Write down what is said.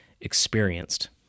experienced